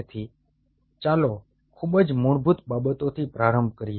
તેથી ચાલો ખૂબ જ મૂળભૂત બાબતોથી પ્રારંભ કરીએ